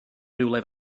rywle